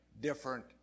different